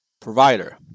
provider